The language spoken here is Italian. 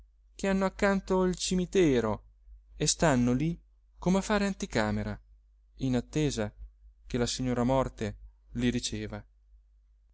che hanno accanto il cimitero e stanno lì come a fare anticamera in attesa che la signora morte li riceva